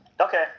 Okay